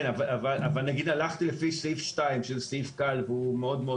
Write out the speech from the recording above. אבל אם הלכתי לפי פסקה (2), שהיא ברורה מאוד,